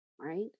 right